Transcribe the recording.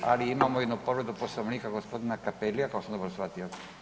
Ali imamo jednu povredu Poslovnika gospodina CAppellia koliko sam dobro shvatio.